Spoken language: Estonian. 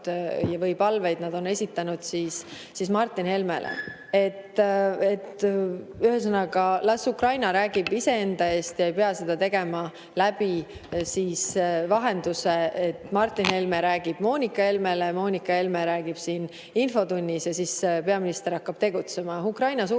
või palveid on nad esitanud Martin Helmele. Ühesõnaga, las Ukraina räägib iseenda eest. Seda ei pea tegema vahenduse kaudu, et Martin Helme räägib Moonika Helmele, Moonika Helme räägib siin infotunnis ja siis peaminister hakkab tegutsema. Ukraina suursaadikul